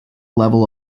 level